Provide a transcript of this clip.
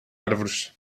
árvores